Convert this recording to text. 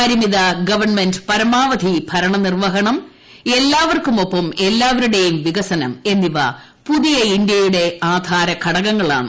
പരിമിത ഗവൺമെന്റ് പരമാവധി നിർവ്വഹണം എല്ലാവർക്കുമൊപ്പം ഭരണ എല്ലാവരുടേയും വികസനം എന്നിവ പുതിയ ഇന്ത്യയുടെ ആധാര ഘടകങ്ങളാണ്